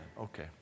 Okay